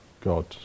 God